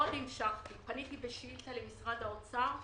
כשפניתי בשאילתה למשרד האוצר,